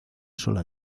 sola